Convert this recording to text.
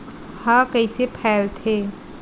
ह कइसे फैलथे?